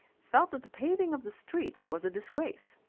felt that the paving of the streets was a disgrace.